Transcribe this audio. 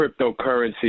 cryptocurrency